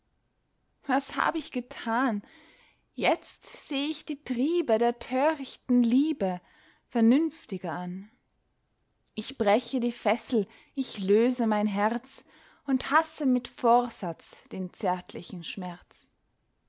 was hab ich getan jetzt seh ich die triebe der törichten liebe vernünftiger an ich breche die fessel ich löse mein herz und hasse mit vorsatz den zärtlichen schmerz